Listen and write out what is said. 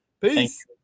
Peace